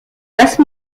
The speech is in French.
basses